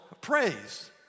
praise